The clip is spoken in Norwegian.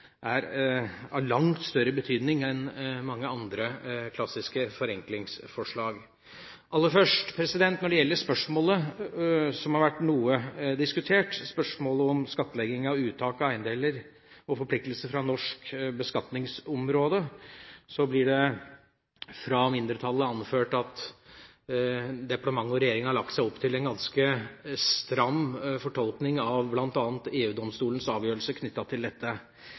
er av langt større betydning enn mange andre klassiske forenklingsforslag. Aller først når det gjelder spørsmålet som har vært noe diskutert om skattlegging ved uttak av eiendeler og forpliktelser fra norsk beskatningsområde, blir det fra mindretallet anført at departementet og regjeringa har lagt seg på en ganske stram fortolkning av bl.a. EU-domstolens avgjørelse knyttet til dette.